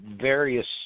various